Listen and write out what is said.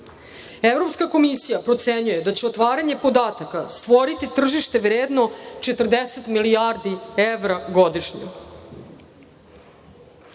državu. Evropska komisija procenjuje da će otvaranje podataka stvoriti tržište vredno 40 milijardi evra godišnje.U